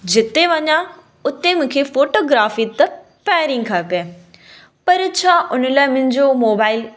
जिते वञा हुते मूंखे फ़ोटोग्राफ़ी त पहिरीं खपे पर छा हुन लाइ मुंहिंजो मोबाइल